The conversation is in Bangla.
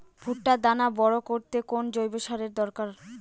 ভুট্টার দানা বড় করতে কোন জৈব সারের দরকার?